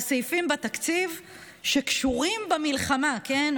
כמובן כדרך הימים הללו, בהסכמה מלאה, קואליציה